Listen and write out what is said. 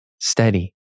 steady